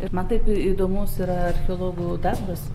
ir man taip įdomus ir archeologų darbas